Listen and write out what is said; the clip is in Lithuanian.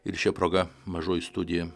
ir šia proga mažoji studija